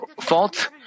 fault